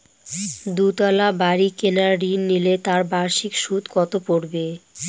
দুতলা বাড়ী কেনার ঋণ নিলে তার বার্ষিক সুদ কত পড়বে?